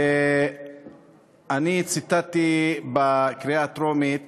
אני ציטטתי בקריאה הטרומית